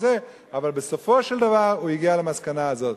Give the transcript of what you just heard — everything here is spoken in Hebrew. אבל בסופו של דבר הוא הגיע למסקנה הזאת.